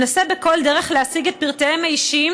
שמנסה בכל דרך להשיג את פרטיהם האישיים